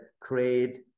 create